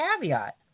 caveat